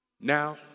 Now